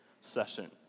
session